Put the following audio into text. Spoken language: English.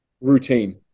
routine